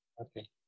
Okay